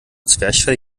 zwerchfell